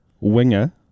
Winger